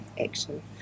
action